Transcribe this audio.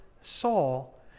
Saul